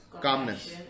calmness